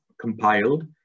compiled